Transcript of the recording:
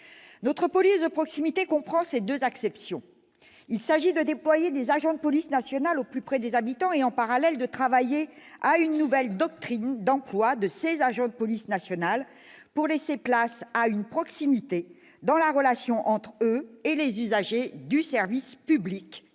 Notre « police de proximité » comprend ces deux acceptions. Il s'agit de déployer des agents de la police nationale au plus près des habitants et, en parallèle, de travailler à une nouvelle doctrine d'emploi de ces agents de police nationale, pour laisser place à une proximité dans la relation entre eux et les usagers du service public